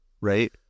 Right